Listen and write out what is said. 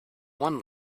one